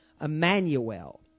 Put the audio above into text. Emmanuel